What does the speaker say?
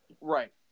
Right